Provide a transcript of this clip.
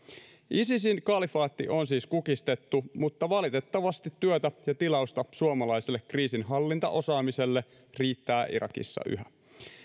isisin kalifaatti on siis kukistettu mutta valitettavasti työtä ja tilausta suomalaiselle kriisinhallintaosaamiselle riittää irakissa yhä